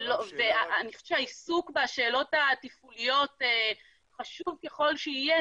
העיסוק בשאלות התפעוליות חשוב ככל שיהיה,